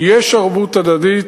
יש ערבות הדדית